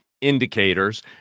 indicators